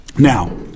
Now